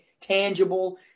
tangible